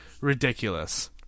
ridiculous